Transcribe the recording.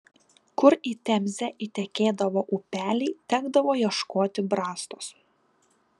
kur į temzę įtekėdavo upeliai tekdavo ieškoti brastos